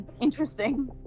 interesting